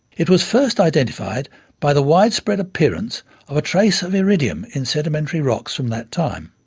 it was first identified by the widespread appearance of a trace of iridium in sedimentary rocks from that time.